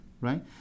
right